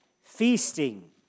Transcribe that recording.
feasting